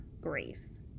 grace